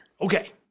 Okay